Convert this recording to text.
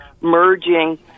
merging